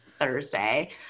Thursday